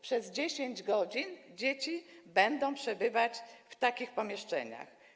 Przez 10 godzin dzieci będą przebywać w takich pomieszczeniach.